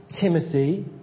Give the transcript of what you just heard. Timothy